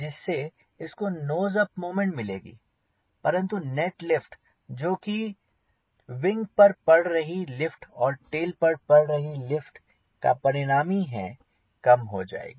जिससे इसको nose up moment मिलेगी परंतु नेट लिफ्ट जो कि विंग पर पड़ रही लिफ्ट और टेल पर पड़ रही लिफ्ट का परिणामी है कम हो जाएगी